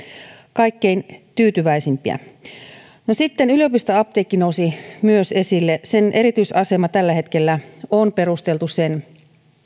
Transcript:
kaikkein tyytyväisimpiä sitten myös yliopiston apteekki nousi esille sen erityisasema tällä hetkellä on perusteltu sen